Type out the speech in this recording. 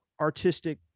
artistic